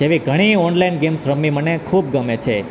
જેવી ઘણી online games રમવી મને ખૂબ ગમે છે